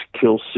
Kill